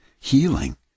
HEALING